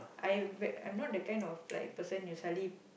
I'm I'm not the kind of like person you suddenly